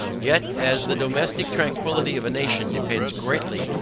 yet, as the domestic tranquillity of a nation, depends greatly,